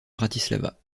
bratislava